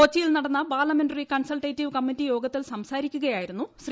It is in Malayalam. കൊച്ചിയിൽ നടന്ന പാർലമെന്ററി കൺസൾറ്റേറ്റീവ് കമ്മിറ്റി യോഗത്തിൽ സംസാരിക്കുകയായിരുന്നു ശ്രീ